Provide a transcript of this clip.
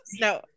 no